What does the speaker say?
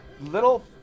little